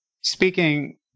speaking